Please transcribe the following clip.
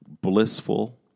blissful